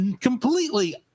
completely